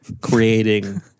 creating